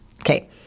Okay